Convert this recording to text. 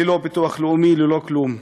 ללא ביטוח לאומי, ללא כלום.